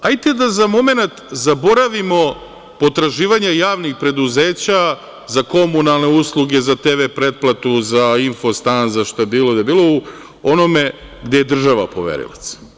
Hajde da za momenat zaboravimo potraživanja javnih preduzeća za komunalne usluge, za TV pretplatu, za „Infostan“, za šta bilo gde je bilo u onome da je država poverilac.